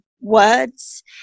words